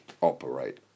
operate